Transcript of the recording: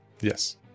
Yes